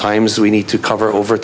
times we need to cover over